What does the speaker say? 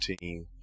team